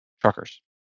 truckers